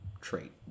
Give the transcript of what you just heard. trait